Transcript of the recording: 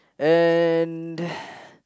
and